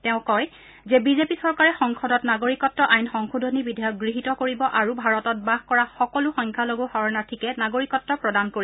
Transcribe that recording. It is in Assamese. তেওঁ কয় যে বিজেপি চৰকাৰে সংসদত নাগৰিকত্ব আইন সংশোধনী বিধেয়ক গৃহীত কৰিব আৰু ভাৰতত বাস কৰা সকলো সংখ্যালঘু শৰণাৰ্থীকে নাগৰিকত্ব প্ৰদান কৰিব